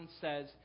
says